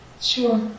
Sure